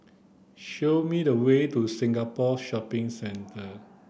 show me the way to Singapore Shopping Centre